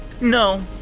No